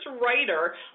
writer